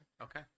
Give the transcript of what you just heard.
Okay